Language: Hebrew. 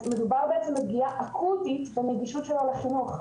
אז מדובר בעצם בפגיעה אקוטית בנגישות שלו לחינוך.